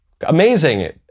Amazing